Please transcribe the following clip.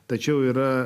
tačiau yra